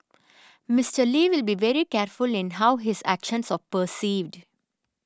Mister Lee will be very careful in how his actions are perceived